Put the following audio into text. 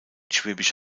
schwäbisch